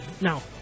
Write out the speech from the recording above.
Now